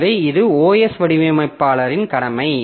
எனவே இது OS வடிவமைப்பாளரின் கடமை